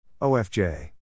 OFJ